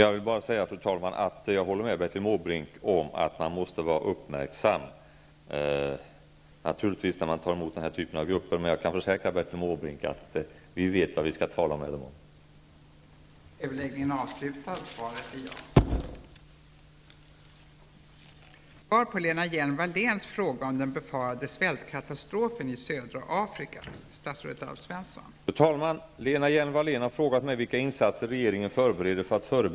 Fru talman! Jag håller med Bertil Måbrink om att man naturligtvis måste vara uppmärksam när man tar emot den här typen av grupper, men jag kan försäkra Bertil Måbrink om att vi vet vad vi skall tala med gruppen om.